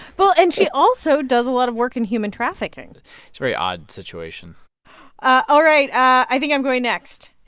well, and she also does a lot of work in human trafficking it's a very odd situation all right. i think i'm going next.